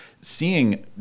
seeing